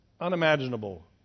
unimaginable